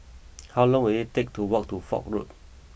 how long will it take to walk to Foch Road